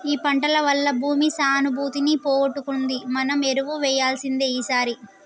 ఈ పంటల వల్ల భూమి సానుభూతిని పోగొట్టుకుంది మనం ఎరువు వేయాల్సిందే ఈసారి